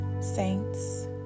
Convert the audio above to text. Saints